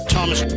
Thomas